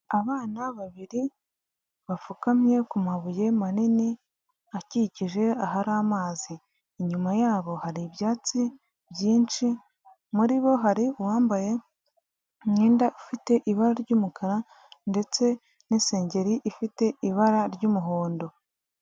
Abana babiri bapfukamye ku mabuye manini akikije ahari amazi. Inyuma yabo hari ibyatsi byinshi, muri bo hari uwambaye umwenda ufite ibara ry'umukara ndetse n'isengeri ifite ibara ry'umuhondo.